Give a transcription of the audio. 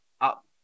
Up